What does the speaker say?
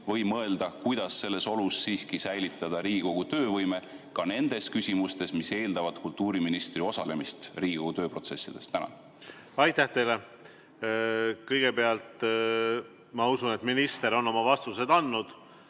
või mõelda, kuidas selles olukorras siiski säilitada Riigikogu töövõime ka nendes küsimustes, mis eeldavad kultuuriministri osalemist Riigikogu tööprotsessides. Aitäh teile! Kõigepealt, ma usun, et minister on oma vastused andnud.